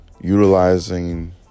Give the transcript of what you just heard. utilizing